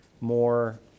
more